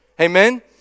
Amen